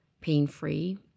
pain-free